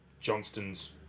Johnston's